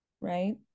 Right